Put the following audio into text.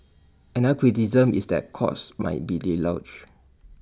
another criticism is that the courts might be deluged